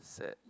sad